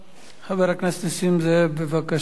חבר הכנסת נסים זאב, בבקשה.